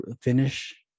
finish